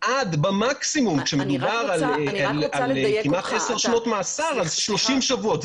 מקסימום כשמדובר על 10 שנות מאסר על 30 שבועות.